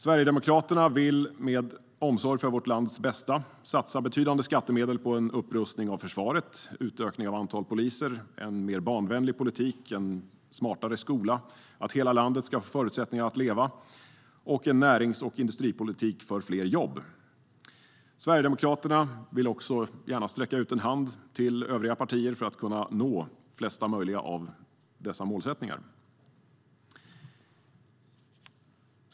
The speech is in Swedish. Sverigedemokraterna vill med omsorg om vårt lands bästa satsa betydande skattemedel på en upprustning av försvaret, ett utökat antal poliser, en mer barnvänlig politik och en smartare skola. Vi satsar också på att hela landet ska få förutsättningar att leva och på en närings och industripolitik för fler jobb. Sverigedemokraterna sträcker härmed ut en hand till övriga partier för att kunna nå flest möjliga av dessa målsättningar.